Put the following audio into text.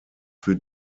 für